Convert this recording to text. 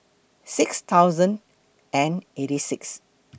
six thousand and eighty six